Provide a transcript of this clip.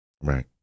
Right